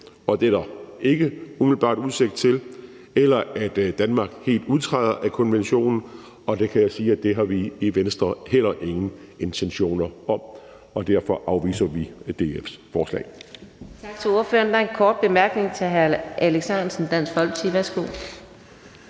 det er der ikke umiddelbart udsigt til, eller at Danmark helt udtræder af konventionen, og jeg kan sige, at det har vi i Venstre heller ingen intentioner om. Derfor afviser vi DF's forslag.